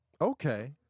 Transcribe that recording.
okay